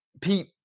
Pete